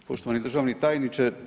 Poštovani državni tajniče.